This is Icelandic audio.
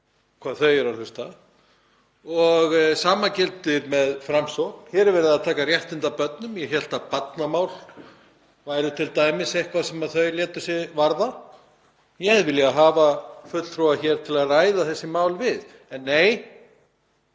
hvað þau hlusta og sama gildir með Framsókn. Hér er verið að taka réttindi af börnum. Ég hélt að barnamál væru t.d. eitthvað sem þau létu sig varða. Ég hefði viljað hafa fulltrúa hér til að ræða þessi mál við. En nei,